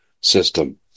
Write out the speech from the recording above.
system